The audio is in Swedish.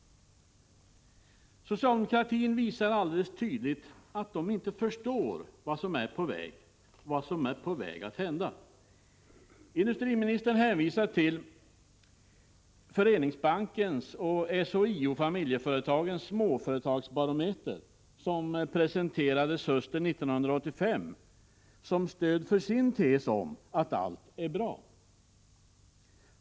Socialdemokratin visar alldeles tydligt att den inte förstår vad som är på väg att hända. Industriministern hänvisar till Föreningsbankens och SHIO Familjeföretagens Småföretagsbarometer som presenterades hösten 1985 som stöd för sin tes om att allt är bra.